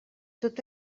tot